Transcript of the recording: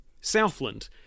Southland